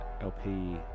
LP